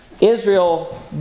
Israel